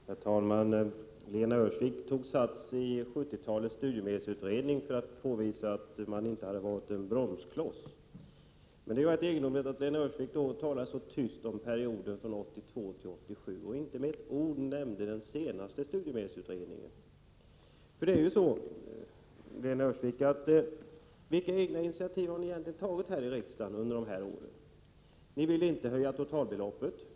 Herr talman! Lena Öhrsvik tog 70-talets studiemedelsutredning som utgångspunkt för att påvisa att socialdemokraterna inte hade fungerat som en bromskloss. Men det egendomliga är att hon talar så tyst om perioden 1982-1987 och inte med ett ord nämner den senaste studiemedelsutredningen. Lena Öhrsvik! Vilka egna initiativ har ni egentligen tagit i riksdagen under senare år? Ni vill inte höja totalbeloppet.